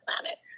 planet